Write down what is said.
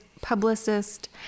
publicist